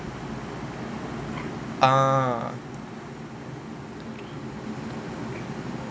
ah